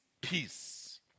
peace